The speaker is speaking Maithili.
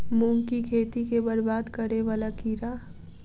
मूंग की खेती केँ बरबाद करे वला कीड़ा?